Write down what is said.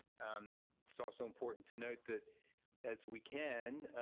um it's also important to note that as we can,